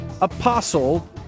apostle